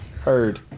Heard